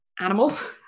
animals